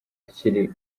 akiri